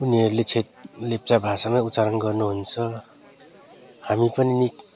उनीहरूले क्षेत लेप्चा भाषामै उच्चारण गर्नुहुन्छ हामी पनि